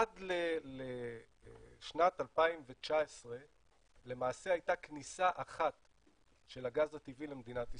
עד לשנת 2019 למעשה הייתה כניסה אחת של הגז הטבעי למדינת ישראל,